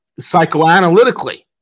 psychoanalytically